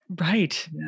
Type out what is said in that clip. Right